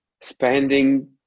spending